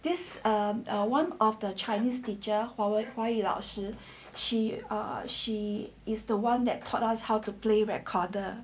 this err one of the chinese teacher 华文华语老师 she uh she is the one that taught us how to play recorder